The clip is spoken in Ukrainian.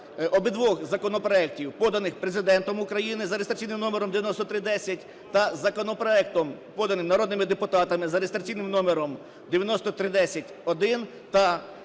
обох законопроектів, поданих Президентом України, за реєстраційним номером 9310, та законопроектом, поданим народними депутатами, за реєстраційним номером 9310-1, та